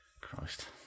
Christ